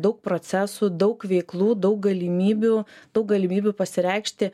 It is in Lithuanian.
daug procesų daug veiklų daug galimybių daug galimybių pasireikšti